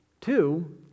Two